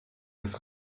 des